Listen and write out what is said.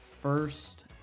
first